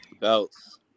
Belts